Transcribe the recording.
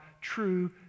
true